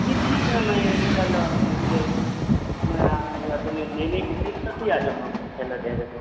جی ٹھیک ہے میں اِنشا اللہ میں پھر میں یا تو میں لینے کے لیے ہی کبھی آ جاؤں گا میں اِنشا اللہ ڈائریکٹ